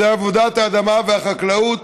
זה עבודת האדמה והחקלאות,